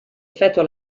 effettua